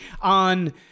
on